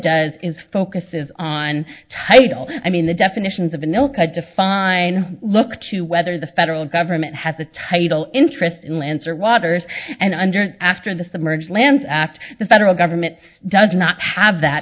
does is focuses on title i mean the definitions of the milk define look to whether the federal government has a title interest in lance or waters and under after the submerged lands act the federal government does not have that